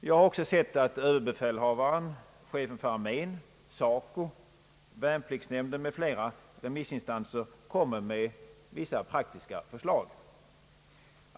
Jag har också sett att överbefälhavaren, chefen för armén, SACO, värnpliktsnämnden m.fl. remissinstanser lägger fram vissa praktiska förslag.